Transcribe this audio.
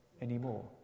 anymore